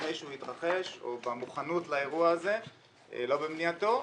לפני שהוא יתרחש או במוכנות לאירוע הזה ולא במניעתו,